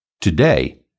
Today